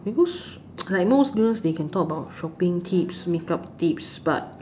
because like most girls they can talk about shopping tips makeup tips but